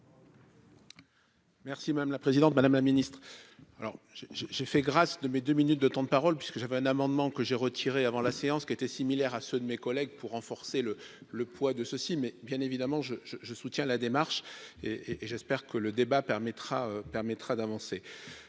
Merci madame la présidente, madame la Ministre, alors j'ai j'ai j'ai fait grâce de mes 2 minutes de temps de parole puisque j'avais un amendement que j'ai retiré avant la séance qui étaient similaires à ceux de mes collègues pour renforcer le le poids de ceci, mais bien évidemment je, je, je soutiens la démarche et et j'espère que le débat permettra permettra